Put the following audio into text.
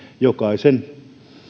jokaisen